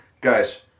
guys